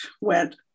went